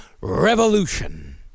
revolution